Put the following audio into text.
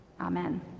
Amen